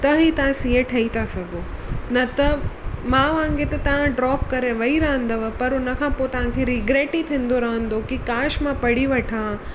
त ई तव्हां सीए ठही था सघो न त मां वांङे त तव्हां ड्रोप करे वेही रहंदव पर हुन खां पोइ तव्हांखे रीग्रैट ई थींदो रहंदो की काश मां पढ़ी वठां हा